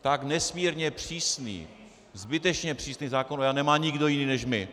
Tak nesmírně přísný, zbytečně přísný zákon o EIA nemá nikdo jiný než my.